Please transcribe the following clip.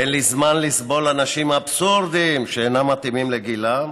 / אין לי זמן לסבול אנשים אבסורדיים שאינם מתאימים לגילם,